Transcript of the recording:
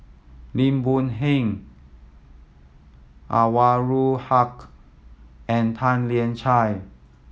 Lim Boon Heng Anwarul Haque and Tan Lian Chye